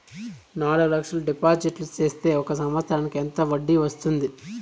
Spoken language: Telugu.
నాలుగు లక్షల డిపాజిట్లు సేస్తే ఒక సంవత్సరానికి ఎంత వడ్డీ వస్తుంది?